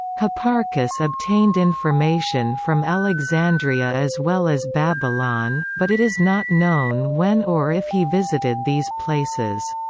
hipparchus obtained information from alexandria as well as babylon, but it is not known when or if he visited these places.